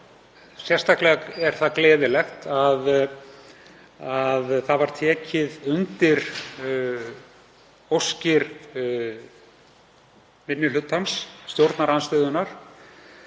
sérstaklega er það gleðilegt að tekið var undir óskir minni hlutans, stjórnarandstöðunnar,